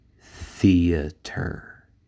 theater